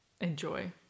enjoy